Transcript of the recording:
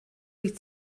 wyt